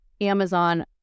Amazon